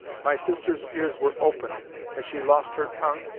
my sister's ears were open has she lost her tongue?